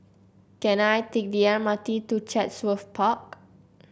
can I take the M R T to Chatsworth Park